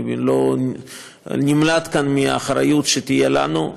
אני לא נמלט כאן מהאחריות שתהיה לנו.